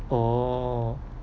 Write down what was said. oh